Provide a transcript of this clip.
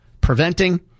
preventing